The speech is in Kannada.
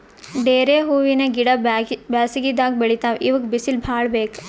ಡೇರೆ ಹೂವಿನ ಗಿಡ ಬ್ಯಾಸಗಿದಾಗ್ ಬೆಳಿತಾವ್ ಇವಕ್ಕ್ ಬಿಸಿಲ್ ಭಾಳ್ ಬೇಕ್